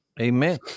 Amen